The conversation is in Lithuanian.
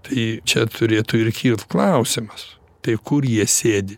tai čia turėtų ir kilt klausimas tai kur jie sėdi